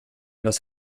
das